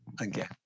again